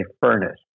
furnace